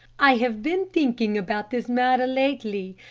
i have been thinking about this matter lately.